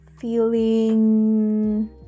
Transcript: feeling